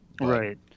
Right